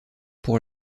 pour